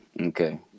Okay